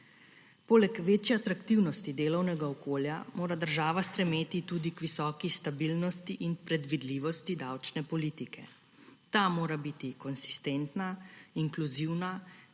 Poleg večje atraktivnosti delovnega okolja mora država stremeti tudi k visoki stabilnosti in predvidljivosti davčne politike. Ta mora biti konsistentna, inkluzivna,